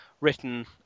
written